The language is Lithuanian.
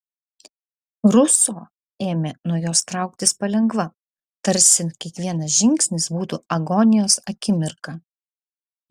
ruso ėmė nuo jos trauktis palengva tarsi kiekvienas žingsnis būtų agonijos akimirka